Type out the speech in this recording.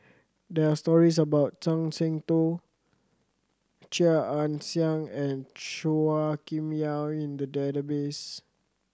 there are stories about Zhuang Shengtao Chia Ann Siang and Chua Kim Yeow in the database